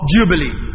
Jubilee